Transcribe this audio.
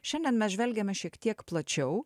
šiandien mes žvelgiame šiek tiek plačiau